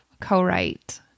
co-write